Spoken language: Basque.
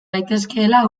daitezkeela